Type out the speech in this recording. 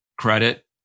credit